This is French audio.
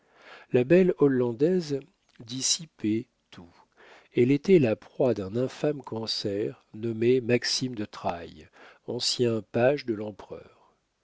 la belle hollandaise dissipait tout elle était la proie d'un infâme cancer nommé maxime de trailles ancien page de